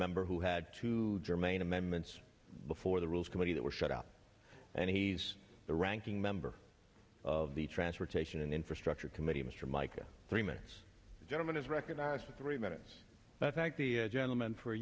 member who had two germane amendments before the rules committee that were shut out and he's the ranking member of the transportation and infrastructure committee mr mica three minutes the gentleman is recognized for three minutes and i thank the gentleman for